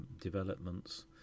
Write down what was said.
developments